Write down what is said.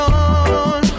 on